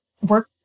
work